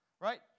right